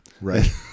Right